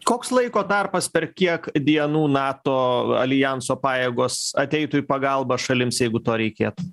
koks laiko tarpas per kiek dienų nato aljanso pajėgos ateitų į pagalbą šalims jeigu to reikėtų